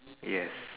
yes